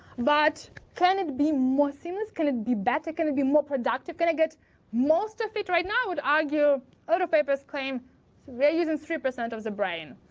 but can it be more seamless? can it be better? can it be more productive? can i get most of it right now? i would argue other papers claim we're using three percent of the brain.